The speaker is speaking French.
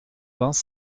vingts